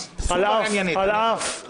על אף -- סופר עניינית.